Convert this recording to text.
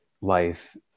life